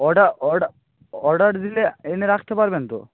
অর্ডা অর্ডা অ অর্ডার দিলে এনে রাখতে পারবেন তো